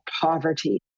poverty